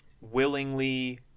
willingly